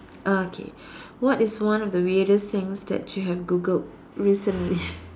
ah K what is one of the weirdest things that you have Googled recently